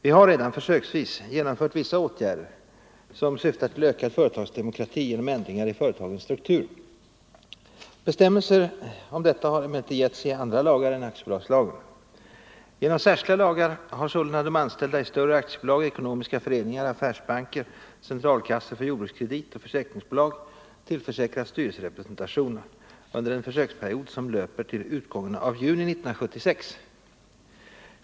Vi har redan försöksvis genomfört vissa åtgärder som syftar till ökad företagsdemokrati genom ändringar i företagens struktur. Bestämmelser härom har emellertid getts i andra lagar än aktiebolagslagen. Genom särskilda lagar har sålunda de anställda i större aktiebolag, ekonomiska föreningar, affärsbanker, centralkassor för jordbrukskredit och försäkringsbolag tillförsäkrats styrelserepresentation under en försöksperiod som löper till utgången av juni 1976.